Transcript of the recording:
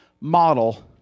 model